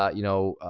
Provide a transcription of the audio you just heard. ah you know,